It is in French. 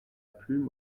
plume